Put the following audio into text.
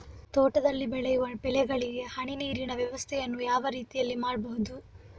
ತೋಟದಲ್ಲಿ ಬೆಳೆಯುವ ಬೆಳೆಗಳಿಗೆ ಹನಿ ನೀರಿನ ವ್ಯವಸ್ಥೆಯನ್ನು ಯಾವ ರೀತಿಯಲ್ಲಿ ಮಾಡ್ಬಹುದು?